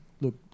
look